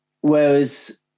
Whereas